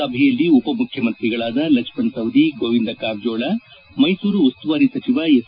ಸಭೆಯಲ್ಲಿ ಉಪಮುಖ್ಯಮಂತ್ರಿಗಳಾದ ಲಕ್ಷ್ಮಣ ಸವದಿ ಗೋವಿಂದ ಕಾರಜೋಳ ಮೈಸೂರು ಉಸ್ತುವಾರಿ ಸಚಿವ ಎಸ್